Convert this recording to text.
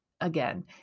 Again